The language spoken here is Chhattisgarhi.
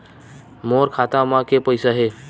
मोर खाता म के पईसा हे?